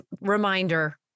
Reminder